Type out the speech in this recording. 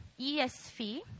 ESV